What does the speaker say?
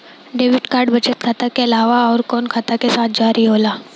Debit card बचत खाता के अलावा अउरकवन खाता के साथ जारी होला?